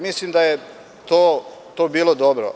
Mislim da je to bilo dobro.